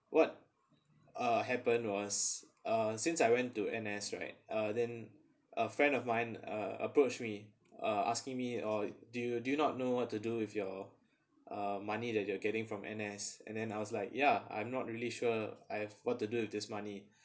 what uh happen was uh since I went to N_S right uh then a friend of mine uh approach me uh asking me or do you do you not know what to do with your uh money that you are getting from N_S and then I was like ya I'm not really sure I have what to do with this money